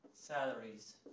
salaries